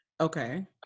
okay